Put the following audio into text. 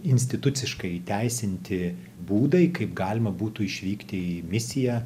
instituciškai įteisinti būdai kaip galima būtų išvykti į misiją